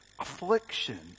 affliction